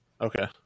Okay